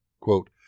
Quote